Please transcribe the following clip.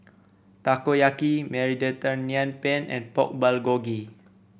Takoyaki Mediterranean Penne and Pork Bulgogi